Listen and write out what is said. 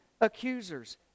accusers